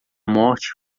morte